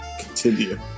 continue